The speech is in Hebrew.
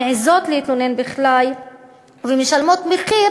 מעזות להתלונן בכלל ומשלמות מחיר,